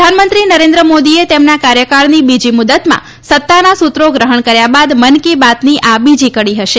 પ્રધાનમંત્રી નરેન્દ્ર મોદીએ તેમના કાર્યકાળની બીજી મુદ્દતમાં સત્તાના સૂત્રો ગ્રહણ કર્યા બાદ મન કી બાતની આ બીજી કડી હશે